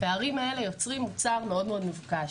הפערים האלה יוצרים מוצר מאוד-מאוד מבוקש.